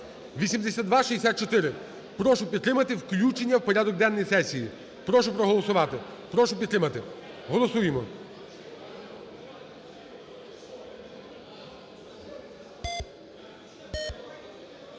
(8264). Прошу підтримати включення в порядок денний сесії, прошу проголосувати, прошу підтримати. Голосуємо.